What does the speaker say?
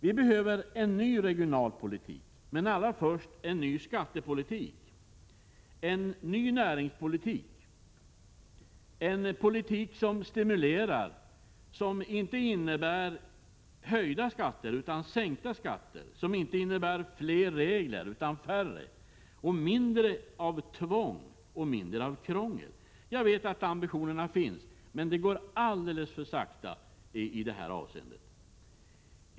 Vi behöver en ny regionalpolitik, men allra först en ny skattepolitik och en ny näringspolitik. Vi behöver en politik som stimulerar, som inte innebär höjda skatter utan sänkta, som inte innebär fler regler utan färre, som innebär mindre av tvång och mindre av krångel. Jag vet att ambitionen finns, men det går alldeles för sakta i detta avseende.